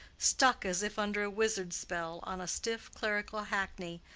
stuck as if under a wizard's spell on a stiff clerical hackney,